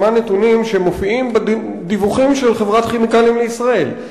כמה נתונים שמופיעים בדיווחים של חברת "כימיקלים לישראל".